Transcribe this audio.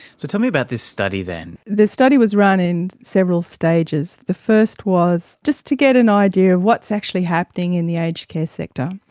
so tell me about this study then. the study was run in several stages. the first was just to get an idea of what is actually happening in the aged care sector.